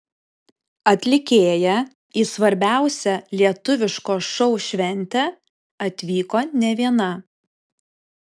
atlikėja į svarbiausią lietuviško šou šventę atvyko ne viena